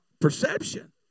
perception